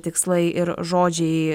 tikslai ir žodžiai